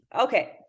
okay